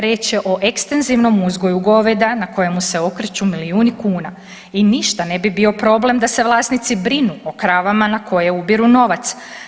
Riječ je o ekstenzivnom uzgoju goveda na kojemu se okreću milijuni kuna i ništa ne bi bio problem da se vlasnici brinu o kravama na koje ubiru novac.